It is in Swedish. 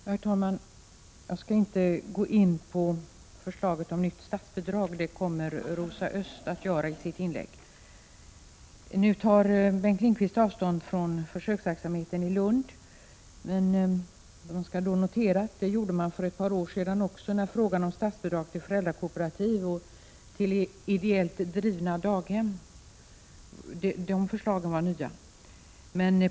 Herr talman! Jag skall inte gå in på förslaget om ett nytt statsbidrag. Rosa Östh kommer att ta upp detta i sitt inlägg. Nu tar Bengt Lindqvist avstånd från försöksverksamheten i Lund. Man kan då notera att något liknande hände för ett par år sedan när förslagen beträffande statsbidrag till föräldrakooperativ och ideellt drivna daghem nyss lagts fram.